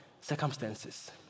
circumstances